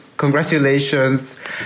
Congratulations